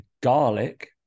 garlic